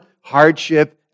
hardship